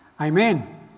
Amen